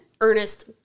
Ernest